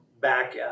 Back